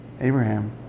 Abraham